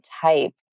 type